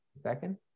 Second